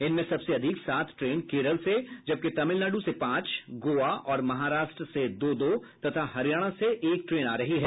इनमें सबसे अधिक सात ट्रेन केरल से जबकि तमिलनाडु से पांच गोवा और महाराष्ट्र से दो दो तथा हरियाणा से एक ट्रेन आ रही हैं